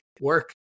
work